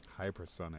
Hypersonic